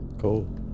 Cool